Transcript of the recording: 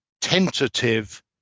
tentative